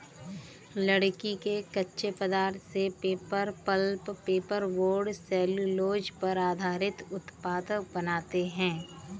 लकड़ी के कच्चे पदार्थ से paper, pulp, paper board, cellulose पर आधारित उत्पाद बनाते हैं